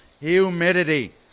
humidity